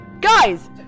Guys